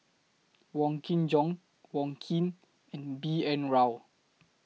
Wong Kin Jong Wong Keen and B N Rao